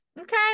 okay